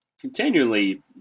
continually